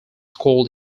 called